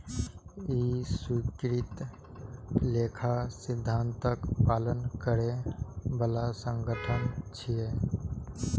ई स्वीकृत लेखा सिद्धांतक पालन करै बला संगठन छियै